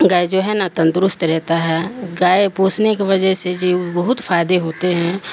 گائے جو ہے نہا تندرست رہتا ہے گائے پوسنے کی وجہ سے ج بہت فائدے ہوتے ہیں